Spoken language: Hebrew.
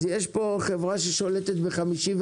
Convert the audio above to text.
אז יש פה חברה ששולטת ב- 51%,